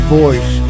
voice